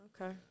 Okay